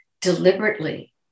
deliberately